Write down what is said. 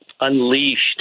unleashed